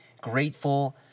grateful